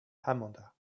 amanda